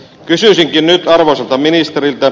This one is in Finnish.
kysyisinkin nyt arvoisalta ministeriltä